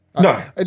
No